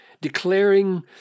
declaring